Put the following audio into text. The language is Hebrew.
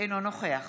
אינו נוכח